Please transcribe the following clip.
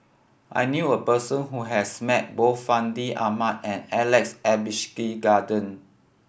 I knew a person who has met both Fandi Ahmad and Alex Abisheganaden